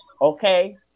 okay